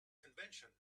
convention